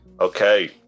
Okay